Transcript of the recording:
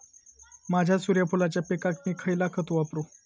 माझ्या सूर्यफुलाच्या पिकाक मी खयला खत वापरू?